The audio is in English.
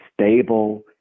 stable